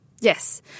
Yes